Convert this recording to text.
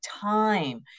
time